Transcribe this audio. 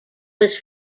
was